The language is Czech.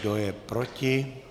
Kdo je proti?